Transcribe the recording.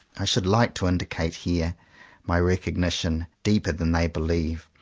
i should like to indicate here my recog nition, deeper than they believe,